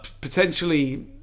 Potentially